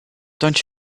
don’t